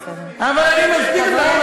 אבל אני מסכים עם,